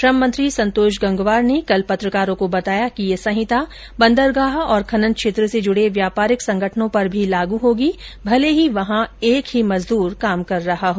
श्रममंत्री संतोष गंगवार ने कल पत्रकारों को बताया कि यह संहिता बंदरगाह और खनन क्षेत्र से जुड़े व्यापारिक संगठनों पर भी लागू होगी भले ही वहां एक ही मजदूर काम कर रहा हो